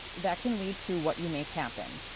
that can lead to what you make happen.